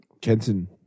Kenton